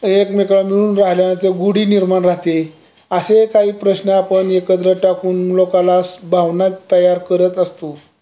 एकमेकांना मिळून राहिल्यान त गोडी निर्माण राहते असे काही प्रश्न आपण एकत्र टाकून लोकांना स भावनात तयार करत असतो